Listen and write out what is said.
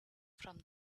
from